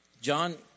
John